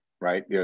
Right